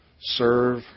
serve